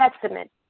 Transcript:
testament